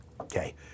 okay